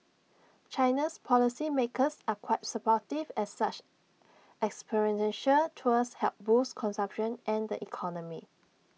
China's policy makers are quite supportive as such experiential tours help boost consumption and the economy